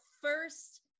first